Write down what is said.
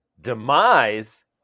Demise